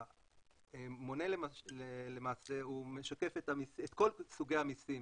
המונה משקף את כל סוגי המיסים,